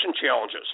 challenges